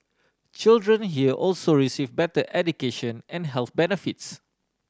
children here also receive better education and health benefits